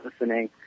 listening